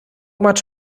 much